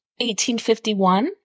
1851